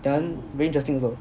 then very interesting also